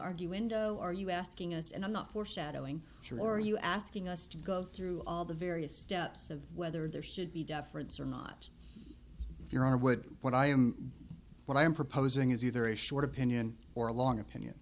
argue window are you asking us and i'm not foreshadowing here or are you asking us to go through all the various steps of whether there should be deference or not your honor would what i am what i am proposing is either a short opinion or a long opinion